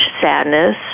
sadness